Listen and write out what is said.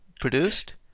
produced